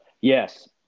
Yes